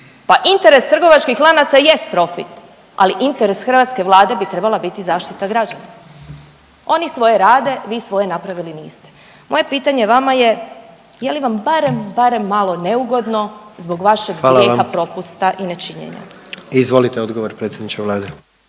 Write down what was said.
Pa interes trgovačkih lanaca jest profit, ali interes hrvatske Vlade bi trebala biti zaštita građana. Oni svoje rade, vi svoje napravili niste. Moje pitanje vama je, je li vam barem, barem malo neugodno zbog vašeg grijeha, propusta i nečinjenja? **Jandroković, Gordan